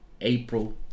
April